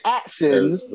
actions